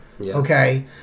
Okay